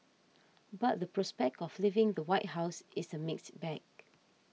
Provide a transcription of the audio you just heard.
but the prospect of leaving the White House is a mixed bag